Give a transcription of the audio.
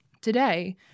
Today